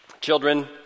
Children